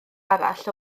arall